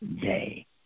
day